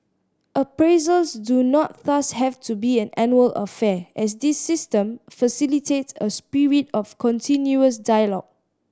appraisals do not thus have to be an annual affair as this system facilitate a spirit of continuous dialogue